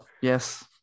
Yes